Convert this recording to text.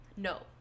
No